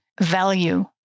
value